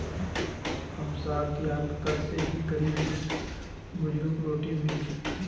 हमसार दियाल कर स ही गरीब बुजुर्गक रोटी मिल छेक